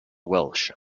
welsh